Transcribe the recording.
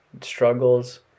struggles